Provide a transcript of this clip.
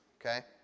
Okay